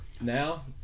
Now